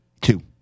Two